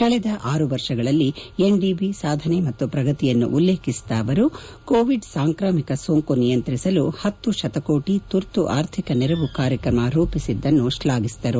ಕಳೆದ ಆರು ವರ್ಷಗಳಲ್ಲಿ ಎನ್ ಡಿ ಬಿ ಸಾಧನೆ ಮತ್ತು ಪ್ರಗತಿಯನ್ನು ಉಲ್ಲೇಖಿಸಿದ ಅವರು ಕೋವಿಡ್ ಸಾಂಕ್ರಾಮಿಕ ಸೋಂಕು ನಿಯಂತ್ರಿಸಲು ಹತ್ತು ಕತಕೋಟ ತುರ್ತು ಅರ್ಥಿಕ ನೆರವು ಕಾರ್ಯಕ್ರಮ ರೂಪಿಸಿದ್ದನ್ನು ಅವರು ಶ್ಲಾಘಿಸಿದರು